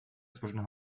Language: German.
zwischen